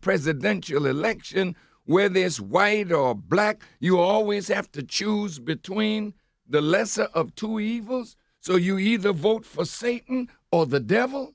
presidential election where there's white or black you always have to choose between the lesser of two evils so you either vote for say all the devil